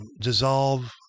dissolve